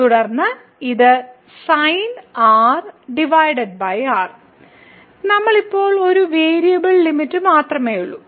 തുടർന്ന് ഇത് നമ്മൾക്ക് ഇപ്പോൾ ഒരു വേരിയബിൾ ലിമിറ്റ് മാത്രമേയുള്ളൂ